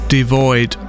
Devoid